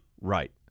Right